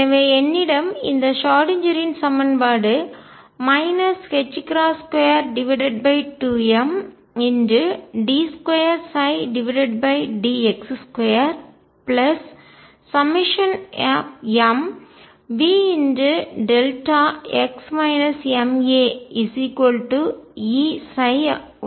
எனவே என்னிடம் இந்த ஷ்ரோடிங்கரின் சமன்பாடு 22md2 dx2mVδx maEψ உள்ளது